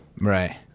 right